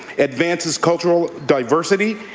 advances cultural diversity,